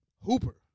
hooper